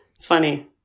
Funny